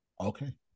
Okay